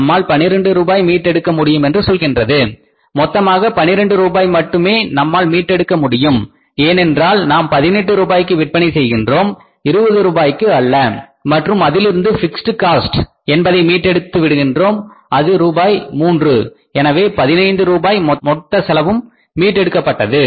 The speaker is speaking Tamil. நம்மால் 12 ரூபாய் மீட்டெடுக்க முடியும் என்று சொல்கின்றது மொத்தமாக 12 ரூபாய் மட்டுமே நம்மால் மீட்டெடுக்க முடியும் ஏனென்றால் நாம் 18 ரூபாய்க்கு விற்பனை செய்கின்றோம் 20 ரூபாய்க்கு அல்ல மற்றும் அதிலிருந்து பிக்ஸ்ட் காஸ்ட் என்பதையும் மீட்டு எடுக்கின்றோம் அது ரூபாய் மூன்று எனவே 15 ரூபாயில் மொத்த செலவும் மீட்டெடுக்கப்பட்டது